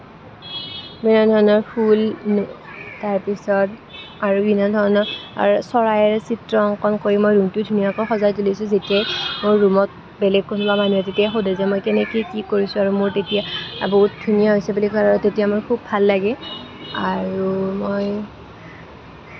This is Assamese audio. বিভিন্ন ধৰণৰ ফুল তাৰপিছত আৰু বিভিন্ন ধৰণৰ চৰাইৰ চিত্ৰ অংকণ কৰি মই ৰুমটো ধুনীয়াকৈ সজাই তুলিছোঁ যেতিয়াই মোৰ ৰুমত বেলেগ কোনোবা মানুহ আহে তেতিয়া সুধে যে মই কেনেকে কি কৰিছোঁ আৰু মোৰ তেতিয়া বহুত ধুনীয়া হৈছে বুলি কয় তেতিয়া মই খুব ভাল লাগে আৰু মই